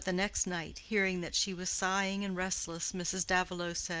but the next night, hearing that she was sighing and restless mrs. davilow said,